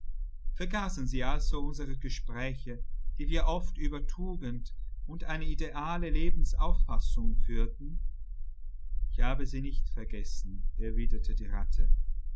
vergaßen sie also unsere gespräche die wir oft über tugend und eine ideale lebensauffassung führten ich habe sie nicht vergessen erwiderte die ratte